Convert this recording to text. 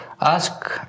ask